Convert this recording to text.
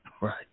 Right